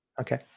Okay